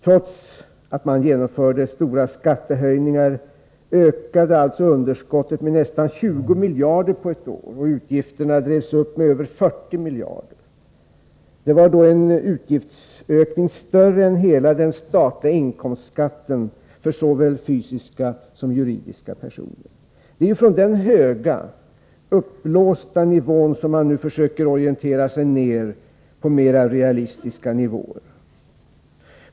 Trots att man genomförde stora skattehöjningar ökade alltså underskottet med nästan 20 miljarder på ett år, och utgifterna drevs upp med över 40 miljarder. Det var en utgiftsökning större än hela den statliga inkomstskatten för såväl fysiska som juridiska personer. Det är från den höga, uppblåsta nivån som man nu försöker orientera sig ner på mer realistiska nivåer.